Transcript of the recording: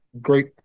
great